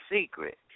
secret